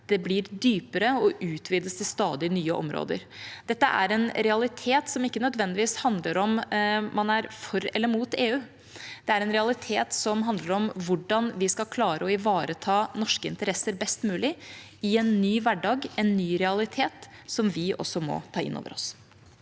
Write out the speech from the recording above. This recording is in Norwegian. Det blir dypere og utvides til stadig nye områder. Dette er en realitet som ikke nødvendigvis handler om hvorvidt man er for eller mot EU. Det er en realitet som handler om hvordan vi skal klare å ivareta norske interesser best mulig i en ny hverdag, en ny realitet, som vi også må ta inn over oss.